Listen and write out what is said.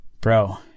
bro